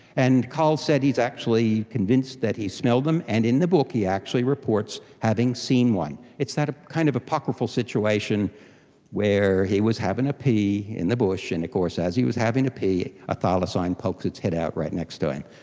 and col said he is actually convinced that he has smelled them, and in the book he actually reports having seen one. it's that ah kind of apocryphal situation where he was having a pee in the bush and of course as he was having a pee a thylacine poked its head out right next to him.